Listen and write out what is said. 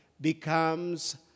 becomes